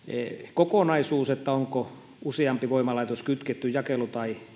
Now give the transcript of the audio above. kokonaisuus onko useampi voimalaitos kytketty jakelu tai